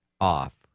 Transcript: off